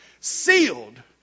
Sealed